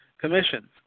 commissions